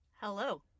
Hello